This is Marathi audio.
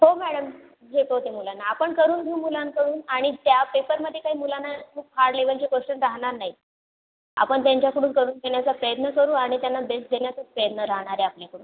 हो मॅडम घेत होते मुलांना आपण करून घेऊ मुलांकडून आणि त्या पेपरमध्ये काही मुलांना खूप हार्ड लेव्हलचे क्वेश्चन राहणार नाही आपण त्यांच्याकडून करून घेण्याचा प्रयत्न करू आणि त्यांना बेस्ट देण्याचाच प्रयत्न राहणार आहे आपल्याकडून